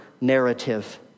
narrative